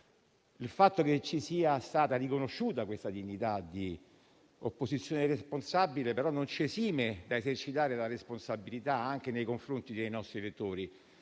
il fatto che ci sia stata riconosciuta questa dignità di opposizione responsabile non ci esime dall'esercitare la responsabilità anche nei confronti dei nostri elettori.